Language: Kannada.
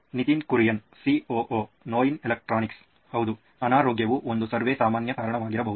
ನಿತಿನ್ ಕುರಿಯನ್ ಸಿಒಒ ನೋಯಿನ್ ಎಲೆಕ್ಟ್ರಾನಿಕ್ಸ್ ಹೌದು ಅನಾರೋಗ್ಯವು ಒಂದು ಸರ್ವೆ ಸಾಮಾನ್ಯ ಕಾರಣವಾಗಿರಬಹುದು